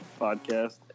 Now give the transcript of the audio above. podcast